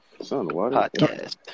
podcast